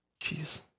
jeez